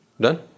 Done